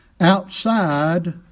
outside